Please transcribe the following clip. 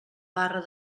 barra